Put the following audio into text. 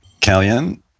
Kalyan